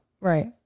Right